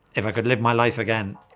if i could live my life again,